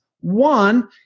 One